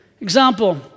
Example